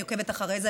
אני עוקבת אחרי זה,